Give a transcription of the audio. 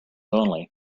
only